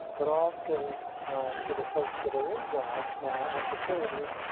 but also to the folks that are in jobs now at facilities,